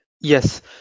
yes